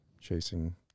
chasing